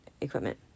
equipment